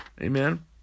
Amen